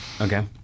Okay